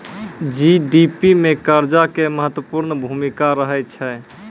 GDP मे कर्जा के महत्वपूर्ण भूमिका रहै छै